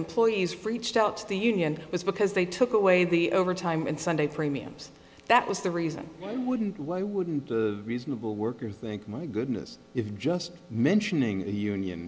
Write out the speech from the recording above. employees preached out the union was because they took away the overtime and sunday premiums that was the reason they wouldn't why wouldn't reasonable worker think my goodness if just mentioning a union